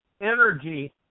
energy